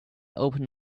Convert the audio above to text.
open